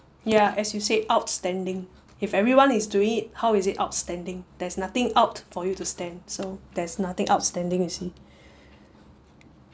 ya as you said outstanding if everyone is doing it how is it outstanding there's nothing out for you to stand so there's nothing outstanding you see